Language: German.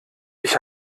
ich